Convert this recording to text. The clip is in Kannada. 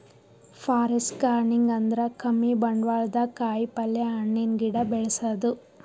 ಫಾರೆಸ್ಟ್ ಗಾರ್ಡನಿಂಗ್ ಅಂದ್ರ ಕಮ್ಮಿ ಬಂಡ್ವಾಳ್ದಾಗ್ ಕಾಯಿಪಲ್ಯ, ಹಣ್ಣಿನ್ ಗಿಡ ಬೆಳಸದು